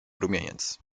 rumieniec